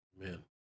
amen